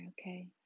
okay